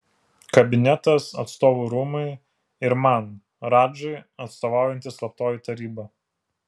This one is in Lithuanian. kabinetas atstovų rūmai ir man radžai atstovaujanti slaptoji taryba